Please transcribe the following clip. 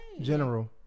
General